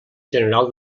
general